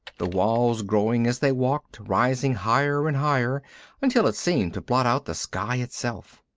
the wall growing as they walked, rising higher and higher until it seemed to blot out the sky itself.